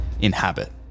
Inhabit